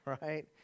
right